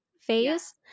phase